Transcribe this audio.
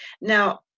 Now